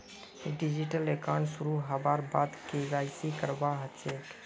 digital account शुरू हबार बाद के.वाई.सी करवा ह छेक